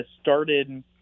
started